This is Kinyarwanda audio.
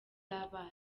z’abana